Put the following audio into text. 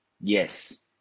Yes